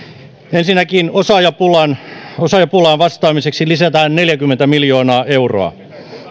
ensinnäkin osaajapulaan osaajapulaan vastaamiseksi lisätään neljäkymmentä miljoonaa euroa